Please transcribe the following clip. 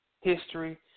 history